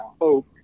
hope